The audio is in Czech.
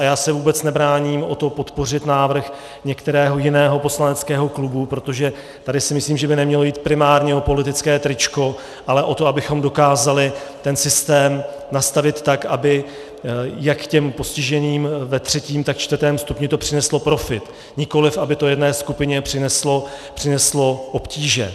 Já se vůbec nebráním tomu podpořit návrh některého jiného poslaneckého klubu, protože tady si myslím, že by nemělo jít primárně o politické tričko, ale o to, abychom dokázali ten systém nastavit tak, aby to postiženým jak ve třetím, tak čtvrtém stupni přineslo profit, nikoliv aby to jedné skupině přineslo obtíže.